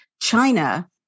China